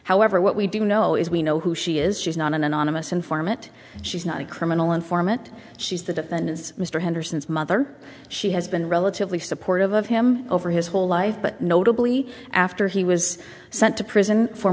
however what we do know is we know who she is she's not an anonymous informant she's not a criminal informant she's the defendant's mr henderson's mother she has been relatively supportive of him over his whole life but notably after he was sent to prison fo